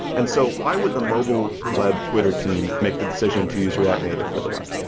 and so why would the mobile web twitter team make the decision to user react native for the web?